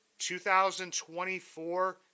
2024